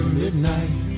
midnight